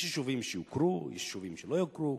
יש יישובים שיוכרו, יש יישובים שלא יוכרו,